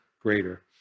greater